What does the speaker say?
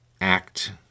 act